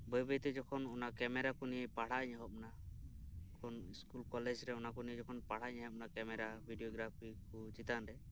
ᱵᱟᱹᱭ ᱵᱟᱹᱭ ᱛᱮ ᱡᱚᱠᱷᱚᱱ ᱚᱱᱟ ᱠᱮᱢᱮᱨᱟ ᱠᱚ ᱱᱤᱭᱮ ᱯᱟᱲᱦᱟᱣ ᱤᱧ ᱮᱦᱚᱵ ᱮᱱᱟ ᱩᱱ ᱥᱠᱩᱞ ᱠᱚᱞᱮᱡᱽ ᱨᱮ ᱚᱱᱟ ᱠᱚ ᱱᱤᱭᱟᱹ ᱯᱟᱲᱦᱟᱣ ᱤᱧ ᱮᱦᱚᱵ ᱮᱱᱟ ᱠᱮᱢᱮᱨᱟ ᱵᱷᱤᱰᱭᱳ ᱜᱨᱟᱯᱷᱤ ᱠᱚ ᱪᱮᱛᱟᱱ ᱨᱮ